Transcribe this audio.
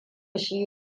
shi